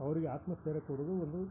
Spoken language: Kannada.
ಅವರಿಗೆ ಆತ್ಮಸ್ಥೈರ್ಯ ಕೊಡೋದು ಒಂದು